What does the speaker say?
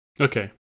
okay